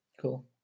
cool